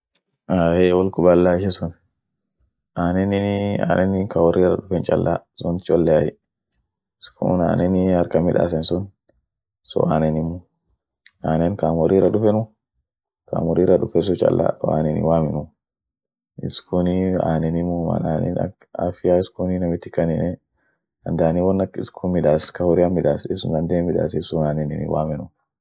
Ahey wol kubalay ishi sun, aneninii anen ka horiara dufen challa sunt cholleay, iskun anenii harkan midasen sun, sun anenimu, anen kam horira dufenu, kaam horira dufen sun challa, wo anen womenu, iskuni anenimuu maan anen ak afia iskuni namitin kanine dandani won ak iskun midas, ka horian midasisun dandee hin midasisun anenin hin wamenu.